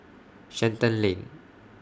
Shenton Lane